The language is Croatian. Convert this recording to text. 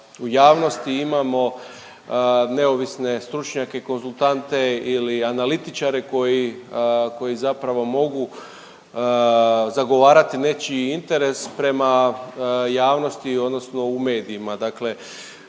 u javnosti imamo neovisne stručnjake, konzultante ili analitičare koji, koji zapravo mogu zagovarati nečiji interes prema javnosti odnosno u medijima.